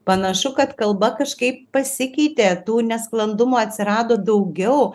panašu kad kalba kažkaip pasikeitė tų nesklandumų atsirado daugiau